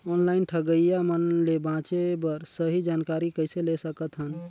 Online ठगईया मन ले बांचें बर सही जानकारी कइसे ले सकत हन?